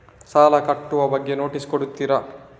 ಸಾಲ ಕಟ್ಟುವ ಬಗ್ಗೆ ನೋಟಿಸ್ ಕೊಡುತ್ತೀರ?